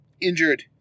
injured